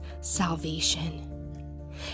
salvation